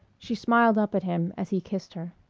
she smiled up at him as he kissed her.